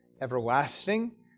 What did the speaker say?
everlasting